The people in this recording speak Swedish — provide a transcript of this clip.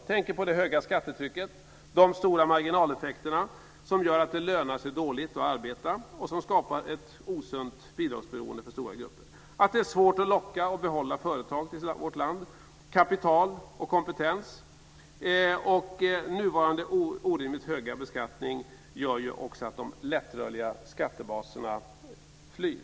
Jag tänker på det höga skattetrycket, de stora marginaleffekterna som gör att det lönar sig dåligt att arbeta och som skapar ett osunt bidragsberoende för stora grupper och att det är svårt att locka och behålla företag för vårt land - liksom kapital och kompetens. Också nuvarande, orimligt höga, beskattning gör ju att de lättrörliga skattebaserna flyr.